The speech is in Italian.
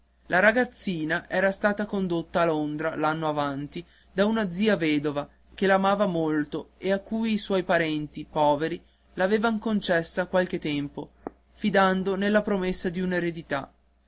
la ragazzina era stata condotta a londra l'anno avanti da una zia vedova che l'amava molto e a cui i suoi parenti poveri l'avevan concessa per qualche tempo fidando nella promessa d'un'eredità